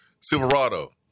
Silverado